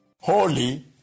holy